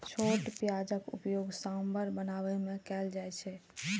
छोट प्याजक उपयोग सांभर बनाबै मे कैल जाइ छै